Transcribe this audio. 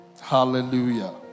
Hallelujah